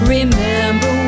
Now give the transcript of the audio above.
Remember